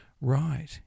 right